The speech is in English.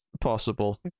possible